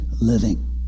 living